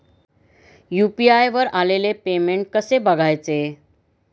UPI वर आलेले payment कसे बघायचे?